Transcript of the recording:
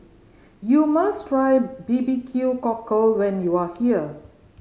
you must try B B Q Cockle when you are here